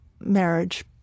marriage